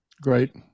great